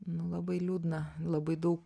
nu labai liūdna labai daug